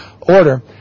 order